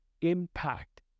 impact